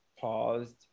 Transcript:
paused